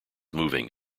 moving